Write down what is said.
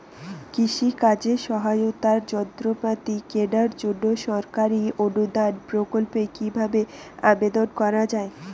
কৃষি কাজে সহায়তার যন্ত্রপাতি কেনার জন্য সরকারি অনুদান প্রকল্পে কীভাবে আবেদন করা য়ায়?